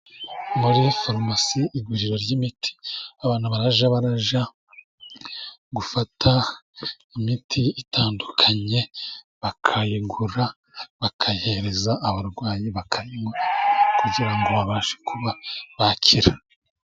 Muri farumasi iguriro ry'imiti, abantu bajya bajya gufata imiti itandukanye bakayigura, bakayihereza abarwayi bakanywa kugira ngo babashe kuba bakira.